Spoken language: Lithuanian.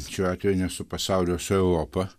šiuo atveju ne su pasauliu o su europa